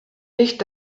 nicht